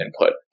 input